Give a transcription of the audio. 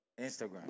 Instagram